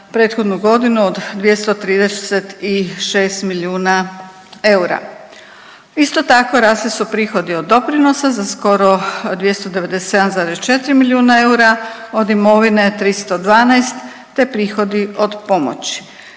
prethodnu godinu od 236 milijuna eura. Isto tako, rasli su prihodi od doprinosa za skoro 297,4 milijuna eura, od imovine 312 te prihodi od pomoći.